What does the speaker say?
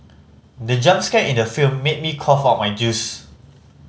the jump scare in the film made me cough out my juice